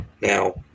Now